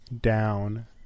down